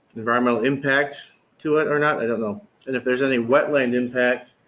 environmental impact to it or not, i don't know. and if there's any wetland impact,